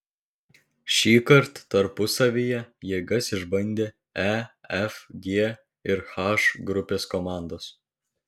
šįkart tarpusavyje jėgas išbandė e f g ir h grupės komandos